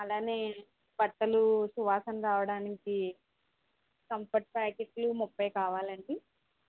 అలాగే బట్టలు సువాసన రావడానికి కంఫర్ట్ ప్యాకెట్లు ముప్పై కావాలండి